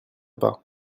pas